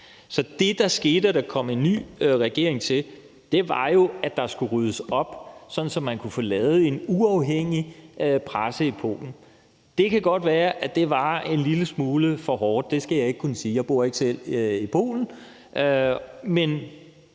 Så det, der skete, da der kom en ny regering til, var, at der skulle ryddes op, sådan at man kunne få lavet en uafhængig presse i Polen. Det kan godt være, at det var en lille smule for hårdt. Det skal jeg ikke kunne sige; jeg bor ikke selv i Polen.